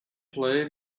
play